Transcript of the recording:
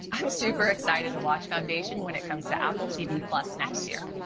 i'm super excited to watch foundation when it comes to apple tv next year.